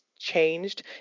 changed